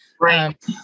Right